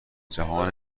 جهان